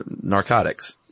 narcotics